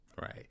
Right